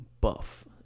buff